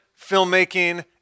filmmaking